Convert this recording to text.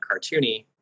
cartoony